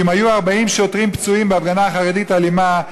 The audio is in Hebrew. שאם היו 40 שוטרים פצועים בהפגנה חרדית אלימה,